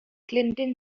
clinton